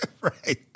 Right